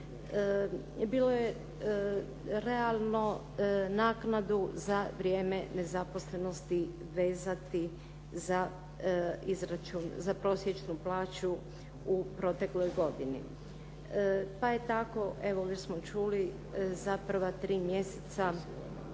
bilo je realno naknadu za vrijeme nezaposlenosti vezati za izračun, za prosječnu plaću u protekloj godini. Pa je tako, evo već smo čuli, za prva 3 mjeseca